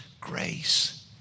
grace